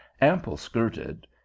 ample-skirted